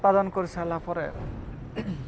ଉତ୍ପାଦନ କରିସାରିଲା ପରେ